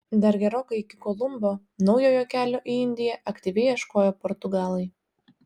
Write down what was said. dar gerokai iki kolumbo naujojo kelio į indiją aktyviai ieškojo portugalai